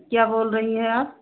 क्या बोल रही हैं आप